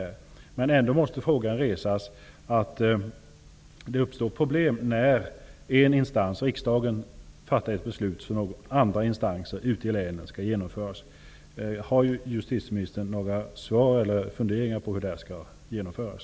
Emellertid uppstår det ju problem när en instans, riksdagen, fattar ett beslut som andra instanser ute i länen skall genomföra. Har justitieministern några funderingar kring hur det här skall genomföras?